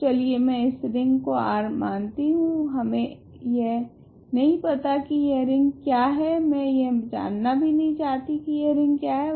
तो चलिए मैं इस रिंग को R मानते है हमे यह नहीं पता की यह रिंग क्या है मैं यह जानना भी नहीं चाहती की यह रिंग क्या है